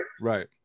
Right